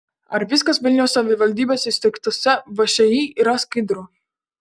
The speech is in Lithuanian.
ar viskas vilniaus savivaldybės įsteigtose všį yra skaidru